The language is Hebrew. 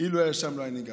ואילו היה שם לא היה נגאל".